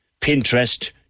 Pinterest